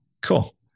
Cool